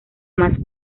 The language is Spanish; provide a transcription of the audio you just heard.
más